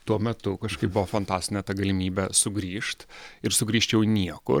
tuo metu kažkaip buvo fantastinė galimybė sugrįžt ir sugrįžčiau į niekur